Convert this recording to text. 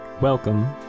welcome